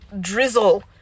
drizzle